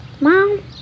Mom